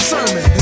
Sermon